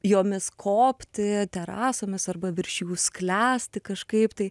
jomis kopti terasomis arba virš jų sklęsti kažkaip tai